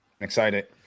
Excited